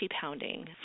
pounding